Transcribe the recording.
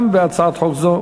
גם בהצעת חוק זו